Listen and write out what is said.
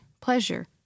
pleasure